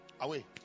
Away